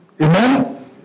Amen